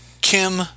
Kim